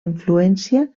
influència